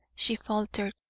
she faltered,